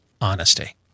honesty